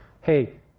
hey